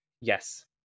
yes